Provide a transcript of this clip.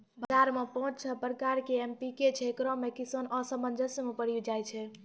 बाजार मे पाँच छह प्रकार के एम.पी.के छैय, इकरो मे किसान असमंजस मे पड़ी जाय छैय?